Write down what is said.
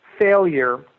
failure